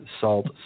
salt